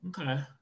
Okay